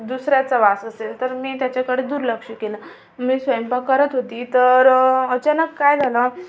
दुसऱ्याचा वास असेल तर मी त्याच्याकडे दुर्लक्ष केलं मी स्वयंपाक करत होती तर अचानक काय झालं